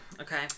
Okay